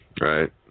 Right